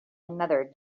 another